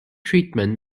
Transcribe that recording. treatment